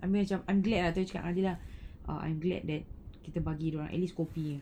I mean macam I'm glad ah I told adilah err I am glad that kita bagi dia orang at least kopi